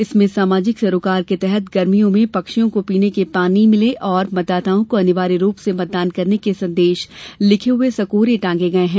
इसमें सामाजिक सरोकार के सहित तहत गर्मियों में पक्षियों को पीने के लिये पानी मिलें और मतदाताओं को अनिवार्य रूप से मतदान करने के संदेश लिखे हये सकोरे रखे गये हैं